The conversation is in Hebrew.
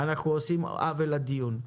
אנחנו עושים עוול לדיון.